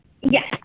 Yes